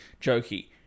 jokey